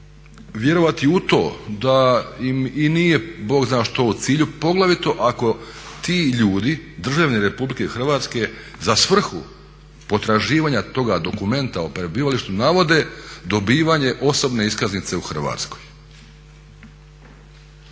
vjerovati u to da i nije bog zna što u cilju poglavito ako ti ljudi, državljani Republike Hrvatske za svrhu potraživanja toga dokumenta o prebivalištu navode dobivanje osobne iskaznice u Hrvatskoj.